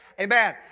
amen